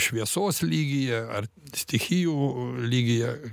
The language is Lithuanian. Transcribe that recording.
šviesos lygyje ar stichijų lygyje